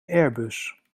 airbus